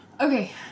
Okay